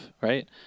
right